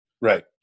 Right